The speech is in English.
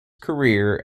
career